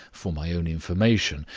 for my own information,